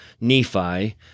Nephi